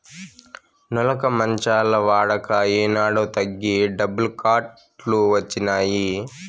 నులక మంచాల వాడక ఏనాడో తగ్గి డబుల్ కాట్ లు వచ్చినాయి